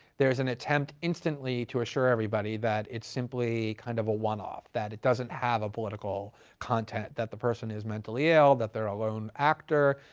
there's an attempt instantly to assure everybody that it's simply kind of a one-off. that it doesn't have a political content, that the person is mentally ill, that they're a lone actor,